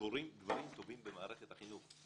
קורים דברים טובים במערכת החינוך.